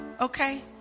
Okay